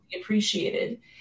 appreciated